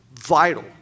vital